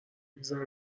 میزنه